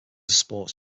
sports